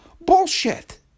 Bullshit